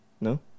No